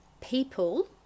people